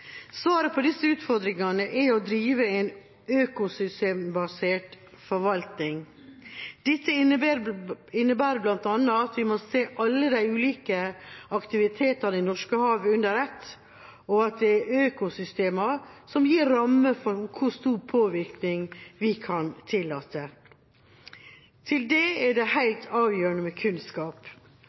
Svaret på disse utfordringene er å drive en økosystembasert forvaltning. Dette innebærer bl.a. at vi må se alle de ulike aktivitetene i Norskehavet under ett, og at det er økosystemene som gir rammene for hvor stor påvirkning vi kan tillate. Til det er det helt avgjørende med kunnskap.